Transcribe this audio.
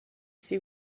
see